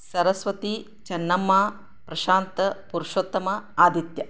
Saraswati Chennamma Prashanth Purushottama Aditya